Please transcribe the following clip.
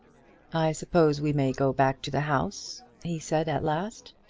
i suppose we may go back to the house? he said at last.